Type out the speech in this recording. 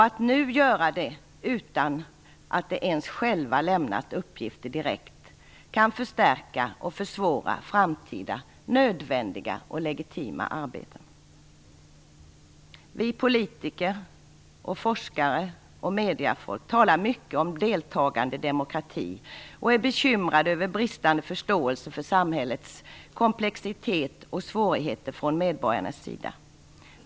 Att nu göra detta utan att medborgarna ens själva lämnat uppgifter kan förstärka och försvåra framtida nödvändiga och legitima arbeten. Vi politiker, och även forskare och mediefolk, talar mycket om deltagande demokrati och är bekymrade över medborgarnas bristande förståelse för samhällets komplexitet och problem.